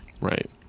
Right